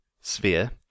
Sphere